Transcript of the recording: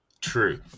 True